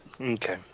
Okay